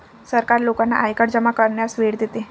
सरकार लोकांना आयकर जमा करण्यास वेळ देते